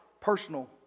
personal